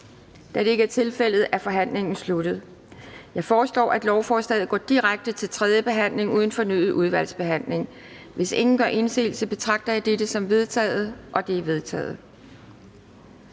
tiltrådt af udvalget? De er vedtaget. Jeg foreslår, at lovforslaget går direkte til tredje behandling uden fornyet udvalgsbehandling. Hvis ingen gør indsigelse, betragter jeg dette som vedtaget. Det er vedtaget.